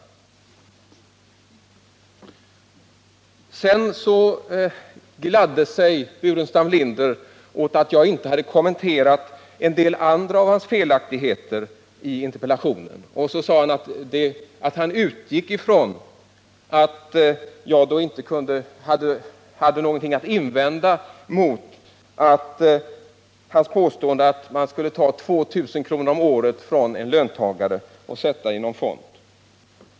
Staffan Burenstam Linder gladde sig åt att jag inte hade kommenterat en del av hans andra felaktigheter i interpellationen. Han utgick från att jag då inte hade något att invända mot hans påstående att man skulle ta 2 000 kr. om året från en löntagare och sätta in i en fond.